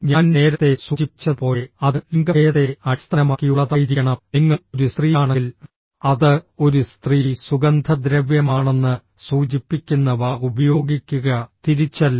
ഞാൻ നേരത്തെ സൂചിപ്പിച്ചതുപോലെ അത് ലിംഗഭേദത്തെ അടിസ്ഥാനമാക്കിയുള്ളതായിരിക്കണം നിങ്ങൾ ഒരു സ്ത്രീയാണെങ്കിൽ അത് ഒരു സ്ത്രീ സുഗന്ധദ്രവ്യമാണെന്ന് സൂചിപ്പിക്കുന്നവ ഉപയോഗിക്കുക തിരിച്ചല്ല